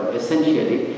essentially